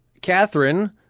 Catherine